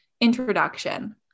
introduction